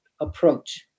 approach